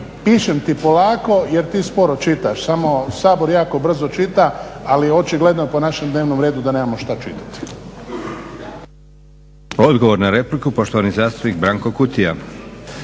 pišem ti polako jer ti sporo čitaš, samo Sabor jako brzo čita ali očigledno po našem dnevnom redu da nemamo što čitati.